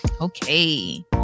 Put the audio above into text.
Okay